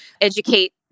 educate